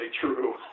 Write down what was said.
true